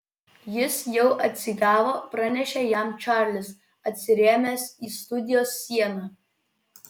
jis jau atsigavo pranešė jam čarlis atsirėmęs į studijos sieną